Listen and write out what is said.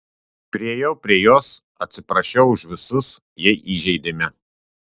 priėjau prie jos atsiprašiau už visus jei įžeidėme